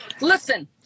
Listen